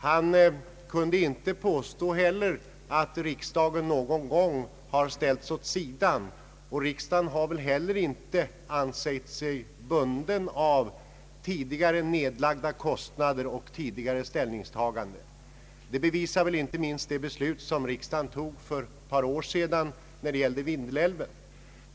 Han kan inte påstå att riksdagen någon gång har ställts åt sidan, och riksdagen har väl heller inte ansett sig bunden av tidigare nedlagda kostnader och ställningstaganden. Det bevisar väl inte minst det beslut som riksdagen fattade för ett par år sedan när det gällde Vindelälven.